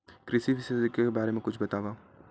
कृषि विशेषज्ञ के बारे मा कुछु बतावव?